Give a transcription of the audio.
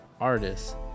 artists